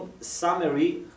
summary